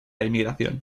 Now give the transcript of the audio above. emigración